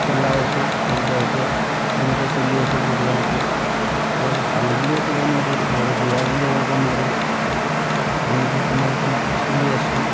চলাই আছো সদ্যহতে এনেকৈ চলি আছো পৰিয়ালটো বৰ ভাল বুলিও ক'ব নোৱাৰি বৰ বেয়া বুলিও ক'ব নোৱাৰি তেনেকৈ কোনো ৰকম চলি আছো